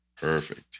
Perfect